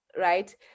right